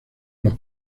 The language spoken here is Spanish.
los